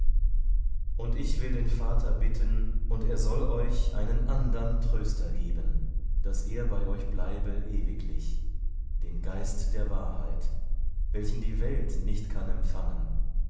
und ich will den vater bitten und er soll euch einen andern tröster geben daß er bei euch bleibe ewiglich den geist der wahrheit welchen die welt nicht kann empfangen